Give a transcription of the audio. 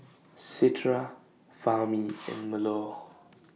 Citra Fahmi and Melur